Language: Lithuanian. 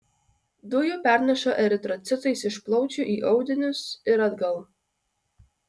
dujų pernaša eritrocitais iš plaučių į audinius ir atgal